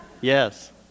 Yes